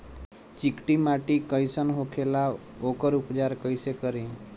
चिकटि माटी कई सन होखे ला वोकर उपचार कई से करी?